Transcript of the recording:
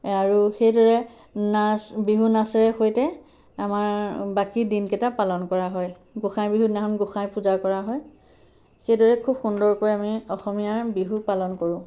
আৰু সেইদৰে নাচ বিহু নাচেৰে সৈতে আমাৰ বাকী দিনকেইটা পালন কৰা হয় গোঁসাই বিহুদিনাখন গোঁসাই পূজা কৰা হয় সেইদৰে খুব সুন্দৰকৈ আমি অসমীয়াৰ বিহু পালন কৰোঁ